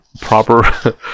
proper